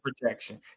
protection